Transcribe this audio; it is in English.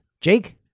Jake